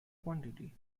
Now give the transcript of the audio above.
quantity